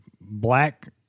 black